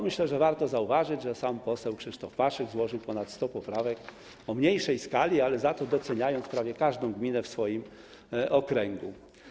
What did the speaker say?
Myślę, że warto zauważyć, że sam poseł Krzysztof Paszyk złożył ponad 100 poprawek o mniejszej skali, ale za to doceniając prawie każdą gminę w swoim okręgu.